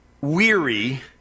weary